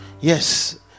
Yes